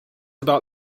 about